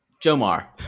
Jomar